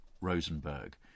Rosenberg